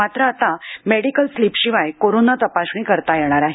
मात्र आता मेडिकल स्लिपशिवाय कोरोना तपासणी करता येणार आहे